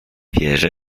wierzy